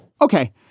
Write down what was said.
Okay